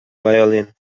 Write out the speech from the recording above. violin